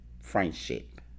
friendship